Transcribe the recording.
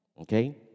Okay